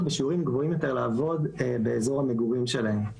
בשיעורים גבוהים יותר לעבוד באזור המגורים שלהן,